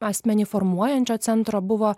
asmenį formuojančio centro buvo